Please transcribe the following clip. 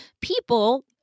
people